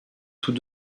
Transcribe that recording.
tous